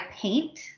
paint